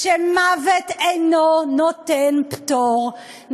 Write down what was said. שמוות אינו נותן פטור.